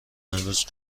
امروز